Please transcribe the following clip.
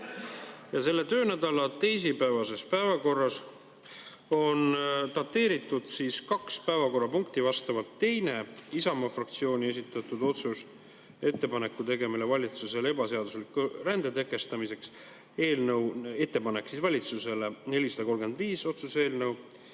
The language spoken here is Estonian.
Ja selle töönädala teisipäevases päevakorras on dateeritud kaks päevakorrapunkti: teine, Isamaa fraktsiooni esitatud "Ettepaneku tegemine valitsusele ebaseadusliku rände tõkestamiseks" eelnõu, ettepanek valitsusele, otsuse eelnõu